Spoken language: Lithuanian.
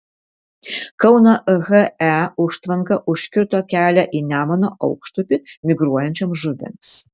kauno he užtvanka užkirto kelią į nemuno aukštupį migruojančioms žuvims